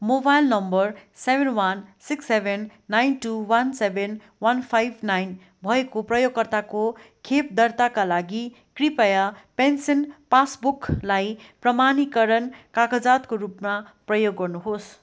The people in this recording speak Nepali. mobile number seven one six seven nine two one seven one five nine भएको प्रयोगकर्ताको खोप दर्ताका लागि कृपया पेन्सन पासबुकलाई प्रमाणीकरण कागजातको रूपमा प्रयोग गर्नुहोस्